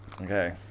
Okay